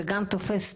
זה גם תופס תור,